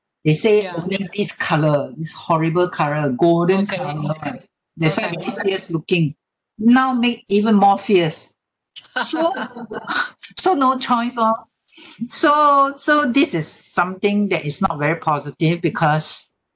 they say only this colour this horrible colour golden colour that's why it is fierce looking now make even more fierce so no choice lor so so this is something that is not very positive because